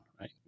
right